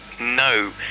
no